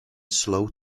slow